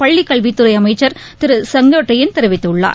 பள்ளிக்கல்வித்துறை அமைச்சர் Thiru K A Sengottaiyan தெரிவித்துள்ளார்